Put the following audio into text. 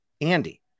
Andy